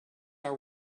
are